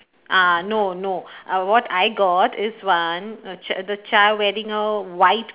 ah no no what I got is one the ch~ the child wearing a white